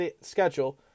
schedule